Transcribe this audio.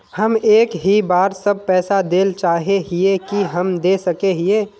हम एक ही बार सब पैसा देल चाहे हिये की हम दे सके हीये?